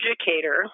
educator